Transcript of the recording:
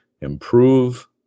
improve